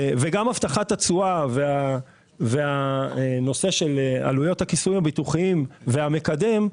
וגם הבטחת התשואה והנושא של עלויות הכיסויים הביטוחיים והמקדם,